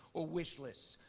or wish lists.